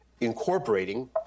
incorporating